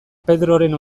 pedroren